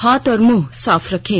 हाथ और मुंह साफ रखें